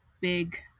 big